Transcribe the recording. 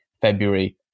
February